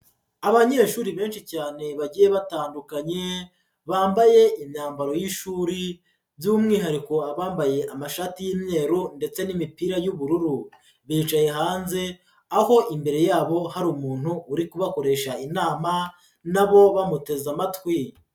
Abanyeshuri benshi cyane bagiye batandukanye, bambaye imyambaro y'ishuri by'umwihariko abambaye amashati y'imyeru ndetse n'imipira y'ubururu, bicaye hanze, aho imbere yabo hari umuntu uri kubakoresha inama nabo bamuteze amatwi.